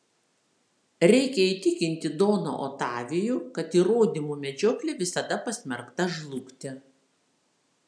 reikia įtikinti doną otavijų kad įrodymų medžioklė visada pasmerkta žlugti